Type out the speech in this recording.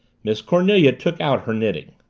miss cornelia took out her knitting.